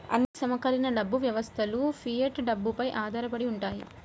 అన్ని సమకాలీన డబ్బు వ్యవస్థలుఫియట్ డబ్బుపై ఆధారపడి ఉంటాయి